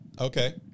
Okay